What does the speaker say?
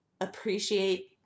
appreciate